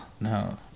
No